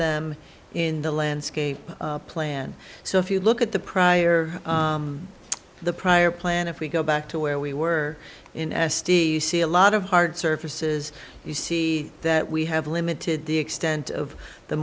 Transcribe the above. them in the landscape plan so if you look at the prior the prior plan if we go back to where we were in s t see a lot of hard surfaces you see that we have limited the extent of the